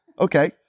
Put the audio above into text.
Okay